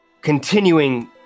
continuing